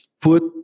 put